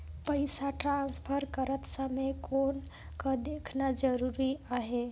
पइसा ट्रांसफर करत समय कौन का देखना ज़रूरी आहे?